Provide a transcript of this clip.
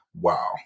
Wow